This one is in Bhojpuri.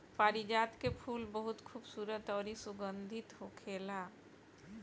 पारिजात के फूल बहुत खुबसूरत अउरी सुगंधित होखेला